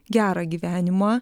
gerą gyvenimą